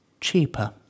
cheaper